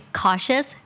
cautious